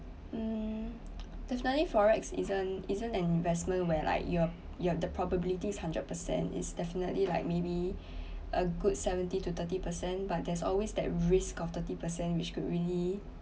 mm definitely FOREX isn't isn't an investment where like your your the probabilities hundred percent it's definitely like maybe a good seventy to thirty percent but there's always that risk of thirty percent which could really